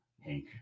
hank